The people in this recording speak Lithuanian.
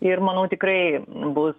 ir manau tikrai bus